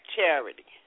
Charity